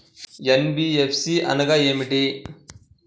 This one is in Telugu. ఎన్.బీ.ఎఫ్.సి అనగా ఏమిటీ?